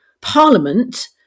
Parliament